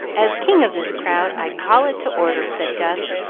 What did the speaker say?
as king of this crowd, i call it to order, said gus,